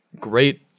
great